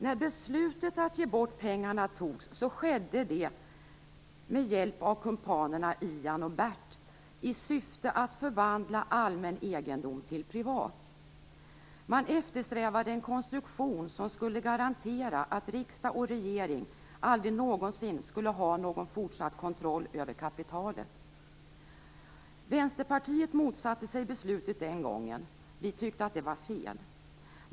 När beslutet att ge bort pengarna fattades skedde det med hjälp av kumpanerna Ian och Bert, i syfte att förvandla allmän egendom till privat. Man eftersträvade en konstruktion som skulle garantera att riksdag och regering inte skulle ha någon fortsatt kontroll över kapitalet. Vänsterpartiet motsatte sig beslutet den gången. Vi tyckte att det var fel.